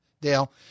Dale